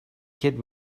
kid